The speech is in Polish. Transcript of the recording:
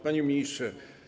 Panie Ministrze!